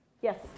Yes